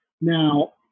Now